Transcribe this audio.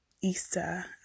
Easter